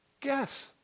Guess